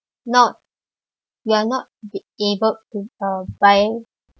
not you are not able buy